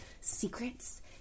Secrets